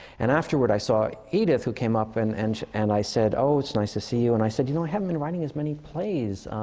and afterward, i saw edith, who came up. and and and i said, oh, it's nice to see you. and i said, you know, i haven't been writing as many plays.